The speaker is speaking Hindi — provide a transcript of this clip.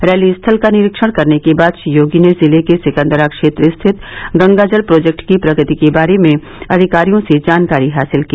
रैली स्थल का निरीक्षण करने के बाद श्री योगी ने जिले के सिकन्दरा क्षेत्र स्थित गंगा जल प्रोजेक्ट की प्रगति के बारे में अधिकारियों से जानकारी हासिल की